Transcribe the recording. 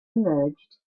emerged